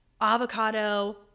avocado